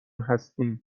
هستیم